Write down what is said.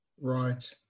Right